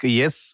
yes